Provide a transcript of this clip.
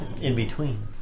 in-between